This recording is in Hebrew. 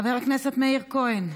חבר הכנסת מאיר כהן,